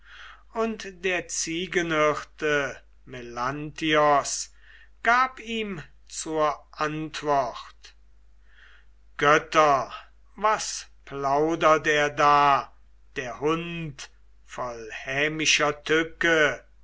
und der ziegenhirte melanthios gab ihm zur antwort götter was plaudert er da der hund voll hämischer tücke